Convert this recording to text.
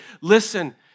Listen